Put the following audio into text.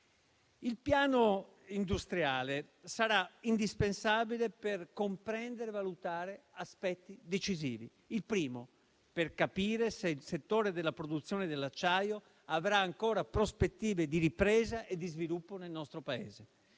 Il piano industriale sarà indispensabile per comprendere e valutare aspetti decisivi. Il primo è capire se il settore della produzione dell'acciaio avrà ancora prospettive di ripresa e di sviluppo nel nostro Paese.